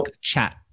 chat